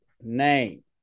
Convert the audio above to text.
name